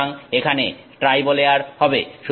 সুতরাং এখানে tribo layer হবে